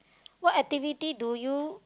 what activity do you